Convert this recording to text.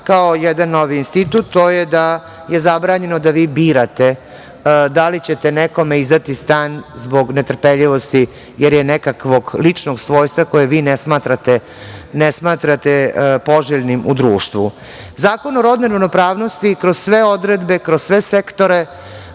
kao jedan novi institut. To je da je zabranjeno da vi birate da li ćete nekome izdati stan zbog netrpeljivosti ili nekakvog ličnog svojstva koga vi ne smatrate poželjnim u društvu. Zakon o rodnoj ravnopravnosti kroz sve odredbe, kroz sve sektore